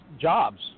jobs